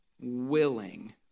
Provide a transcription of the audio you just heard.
Willing